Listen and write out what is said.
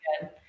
good